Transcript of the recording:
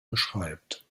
beschreibt